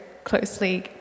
Closely